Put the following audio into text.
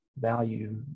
value